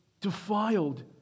defiled